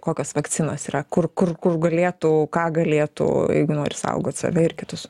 kokios vakcinos yra kur kur kur galėtų ką galėtų jeigu nori saugot save ir kitus